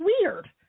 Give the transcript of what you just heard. weird